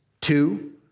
Two